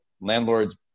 landlords